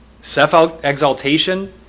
self-exaltation